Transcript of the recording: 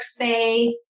workspace